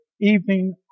Evening